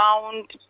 found